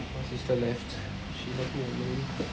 my sister left she left me alone